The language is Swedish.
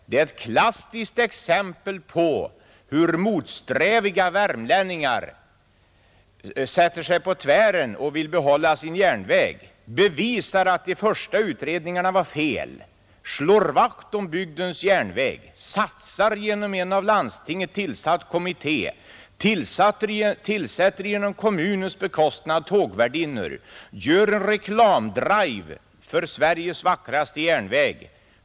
Det är ett klassiskt exempel på hur motsträviga värmlänningar sätter sig på tvären och vill behålla sin järnväg, bevisar att de första utredningarna var felaktiga, slår vakt om bygdens järnväg, satsar genom en av landstinget tillsatt kommitté, på kommunens bekostnad tillsätter tågvärdinnor och gör en reklamdrive för Sveriges vackraste järnväg.